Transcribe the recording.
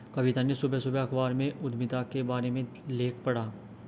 कविता ने सुबह सुबह अखबार में उधमिता के बारे में लेख पढ़ा